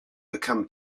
become